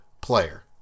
player